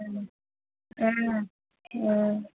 ও ও